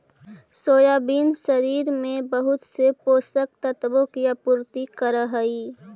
soybean शरीर में बहुत से पोषक तत्वों की आपूर्ति करअ हई